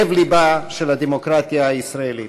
לב-לבה של הדמוקרטיה הישראלית.